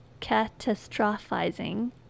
catastrophizing